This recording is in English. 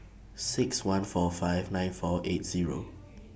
six one four five nine four eight Zero